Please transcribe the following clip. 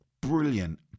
brilliant